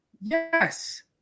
yes